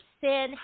sin